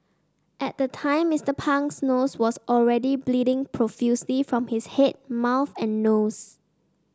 at the time Mister Pang's nose was already bleeding profusely from his head mouth and nose